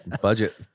Budget